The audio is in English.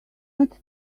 not